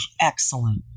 Excellent